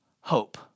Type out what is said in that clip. hope